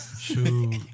Shoot